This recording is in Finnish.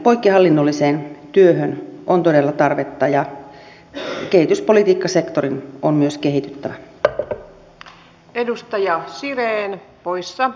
poikkihallinnolliseen työhön on todella tarvetta ja kehityspolitiikkasektorin on myös kehityttävä